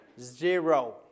Zero